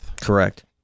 Correct